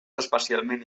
especialment